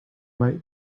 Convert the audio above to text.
might